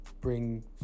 bring